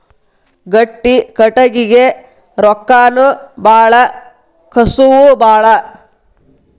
ಗಟ್ಟಿ ಕಟಗಿಗೆ ರೊಕ್ಕಾನು ಬಾಳ ಕಸುವು ಬಾಳ